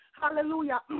Hallelujah